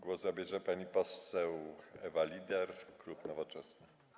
Głos zabierze pani poseł Ewa Lieder, klub Nowoczesna.